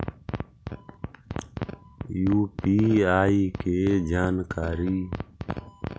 UPI के जानकारी?